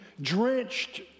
drenched